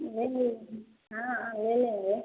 लेंगे ही हाँ हाँ ले लेंगे